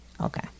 Okay